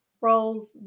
roles